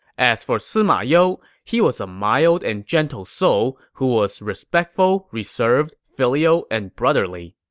as for sima you, he was a mild and gentle soul who was respectful, reserved, filial, and brotherly.